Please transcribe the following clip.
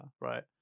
right